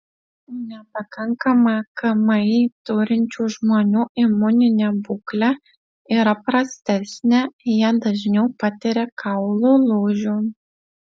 nepakankamą kmi turinčių žmonių imuninė būklė yra prastesnė jie dažniau patiria kaulų lūžių